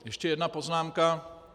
Ještě jedna poznámka.